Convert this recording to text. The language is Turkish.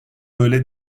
böyle